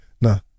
no